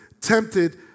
tempted